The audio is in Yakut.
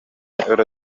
өрө